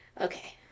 Okay